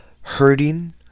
hurting